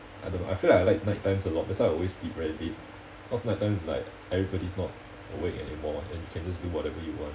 I don't know I feel like I like nighttimes a lot that's why I always sleep very late cause nighttime is like everybody's not awake anymore and can just do whatever you want